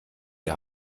der